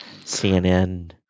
CNN